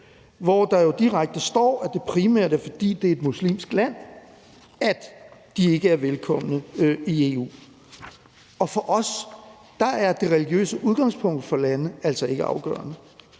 hvor der jo direkte står, at det primært er, fordi det er et muslimsk land, at de ikke er velkomne i EU. For os er det religiøse udgangspunkt for lande altså ikke afgørende.